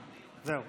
בדיוק כך, זהו.